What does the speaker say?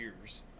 years